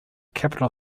capital